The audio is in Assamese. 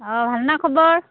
অঁ ভালনা খবৰ